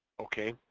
okay,